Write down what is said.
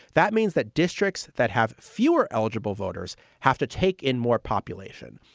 that means that districts that have fewer eligible voters have to take in more population.